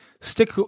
Stick